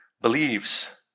believes